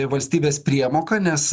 valstybės priemoka nes